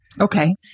Okay